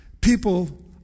people